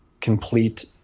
complete